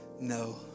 No